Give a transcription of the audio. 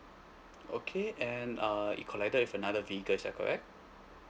okay and uh it collided with another vehicle is that correct